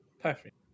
perfect